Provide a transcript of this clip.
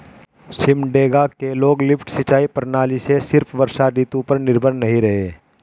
सिमडेगा के लोग लिफ्ट सिंचाई प्रणाली से सिर्फ वर्षा ऋतु पर निर्भर नहीं रहे